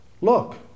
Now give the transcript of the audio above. look